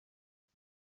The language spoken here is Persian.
کنم